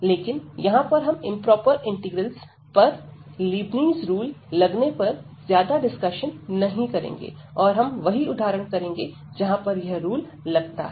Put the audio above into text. लेकिन यहां पर हम इंप्रोपर इंटीग्रल्स पर लेबनीज़ रूल लगने पर ज्यादा डिस्कशन नहीं करेंगे और हम वही उदाहरण करेंगे जहां पर यह रूल लगता है